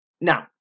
Now